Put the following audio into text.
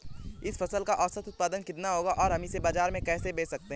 इस फसल का औसत उत्पादन कितना होगा और हम इसे बाजार में कैसे बेच सकते हैं?